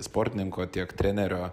sportininko tiek trenerio